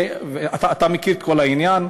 אתה מכיר את כל העניין,